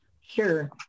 Sure